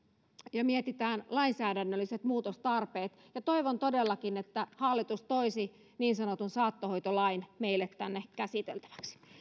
ja mietitään lainsäädännölliset muutostarpeet toivon todellakin että hallitus toisi niin sanotun saattohoitolain meille tänne käsiteltäväksi